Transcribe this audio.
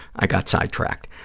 i got sidetracked.